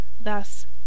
Thus